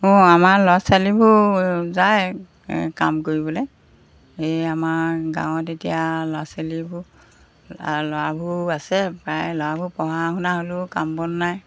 অ' আমাৰ ল'ৰা ছোৱালীবোৰ যায় কাম কৰিবলৈ এই আমাৰ গাঁৱত এতিয়া ল'ৰা ছোৱালীবোৰ ল'ৰাবোৰ আছে প্ৰায় ল'ৰাবোৰ পঢ়া শুনা হ'লেও কাম বন নাই